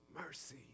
mercy